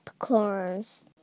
popcorns